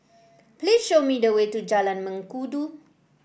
please show me the way to Jalan Mengkudu